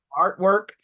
Artwork